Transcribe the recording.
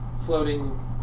floating